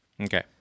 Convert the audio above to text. Okay